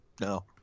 No